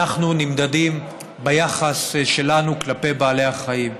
אנחנו נמדדים ביחס שלנו כלפי בעלי החיים,